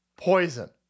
Poison